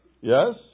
Yes